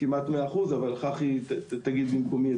כמעט 100 אחוזים, אבל שחח"י תגיד את זה במקומי.